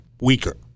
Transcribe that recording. weaker